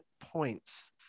points